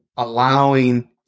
allowing